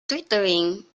twittering